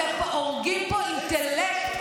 אתם הורגים פה אינטלקט.